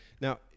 Now